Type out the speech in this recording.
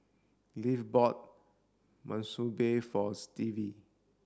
Leif bought Monsunabe for Stevie